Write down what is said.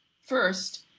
first